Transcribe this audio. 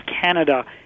Canada